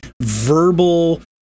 verbal